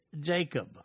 Jacob